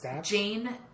Jane